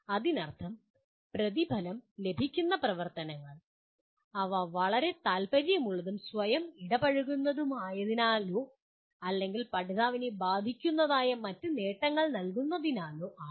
അതിനർത്ഥം പ്രതിഫലം ലഭിക്കുന്ന പ്രവർത്തനങ്ങൾ അവ വളരെ താൽപ്പര്യമുള്ളതും സ്വയം ഇടപഴകുന്നതുമായതിനാലോ അല്ലെങ്കിൽ പഠിതാവിനെ ബാധിക്കുന്നതായ മറ്റ് നേട്ടങ്ങൾ നൽകുന്നതിനാലോ ആണ്